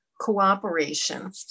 cooperation